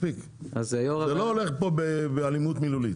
זה לא הולך פה באלימות מילולית.